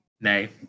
Nay